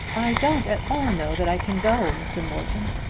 i don't at all know that i can go, mr. morton.